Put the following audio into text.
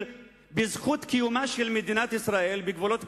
בזכות קיומה של מדינת ישראל בגבולות פתוחים,